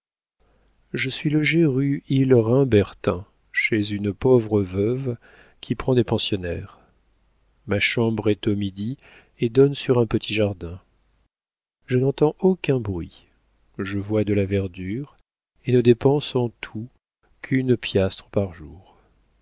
je suis logé rue hillerin bertin chez une pauvre veuve qui prend des pensionnaires ma chambre est au midi et donne sur un petit jardin je n'entends aucun bruit je vois de la verdure et ne dépense en tout qu'une piastre par jour